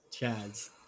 chads